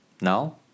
Now